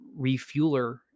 refueler